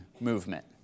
movement